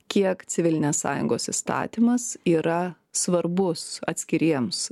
kiek civilinės sąjungos įstatymas yra svarbus atskiriems